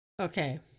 Okay